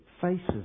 faces